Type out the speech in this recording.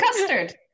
custard